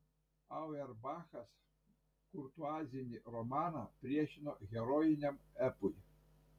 auerbachas kurtuazinį romaną priešino herojiniam epui